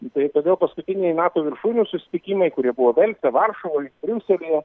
tai todėl paskutiniai nato viršūnių susitikimai kurie buvo velse varšuvoj briuselyje